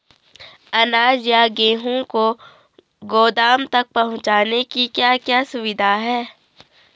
अनाज या गेहूँ को गोदाम तक पहुंचाने की क्या क्या सुविधा है?